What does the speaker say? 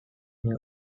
may